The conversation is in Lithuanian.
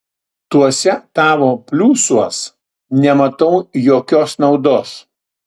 tuose tavo pliusuos nematau jokios naudos